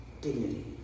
Dignity